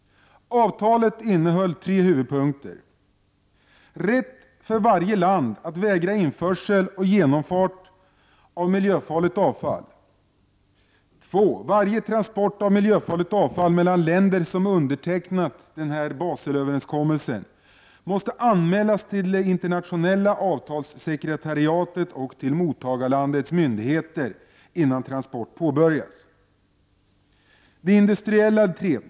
Avtalet innehöll tre huvudpunkter: 2. Varje transport av miljöfarligt avfall mellan länder som undertecknat Baselöverenskommelsen måste anmälas till det internationella avtalssekreteriatet och till mottagarlandets myndigheter innan transport påbörjas. 3.